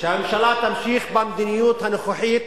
לא יכול להיות שהממשלה תמשיך במדיניות הנוכחית,